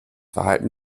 verhalten